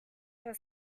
her